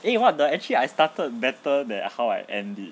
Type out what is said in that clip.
eh what the actually I started better than how I end it